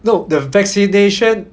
no the vaccination